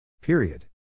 Period